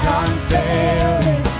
unfailing